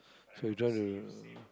so you don't want to